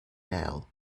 nail